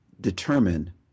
determine